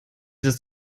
ist